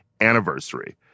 anniversary